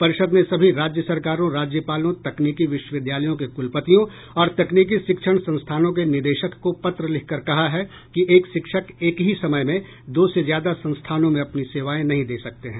परिषद ने सभी राज्य सरकारों राज्यपालों तकनीकी विश्वविद्यालयों के कुलपतियों और तकनीकी शिक्षण संस्थानों के निदेशक को पत्र लिखकर कहा है कि एक शिक्षक एक ही समय में दो या ज्यादा संस्थानों में अपनी सेवाएं नहीं दे सकते हैं